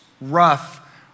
Rough